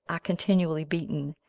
are continually beaten,